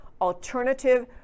alternative